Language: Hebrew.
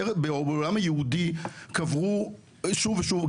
בעולם היהודי קברו שוב ושוב.